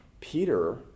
Peter